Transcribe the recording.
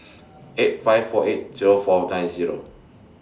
eight five four eight Zero four nine Zero